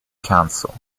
council